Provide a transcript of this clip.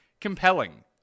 compelling